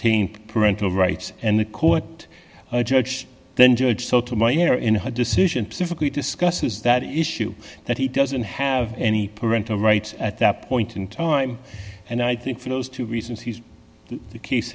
team parental rights and the court judge then judge sotomayor in her decision pacifically discusses that issue that he doesn't have any parental rights at that point in time and i think for those two reasons he's the